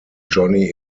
johnny